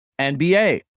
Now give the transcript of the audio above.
NBA